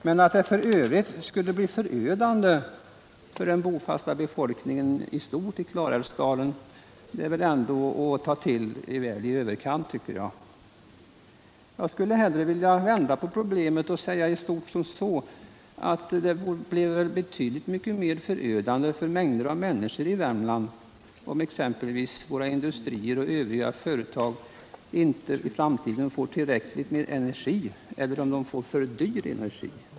Men att det f. ö. skulle bli förödande för den bofasta befolkningen i stort i Klarälvsdalen är att ta till i överkant. Jag skulle hellre vilja vända på problemet och säga att det blir betydligt mer förödande för mängder av människor i Värmland om exempelvis våra industrier och övriga företag i framtiden inte får tillräckligt med energi eller om de får för dyr energi.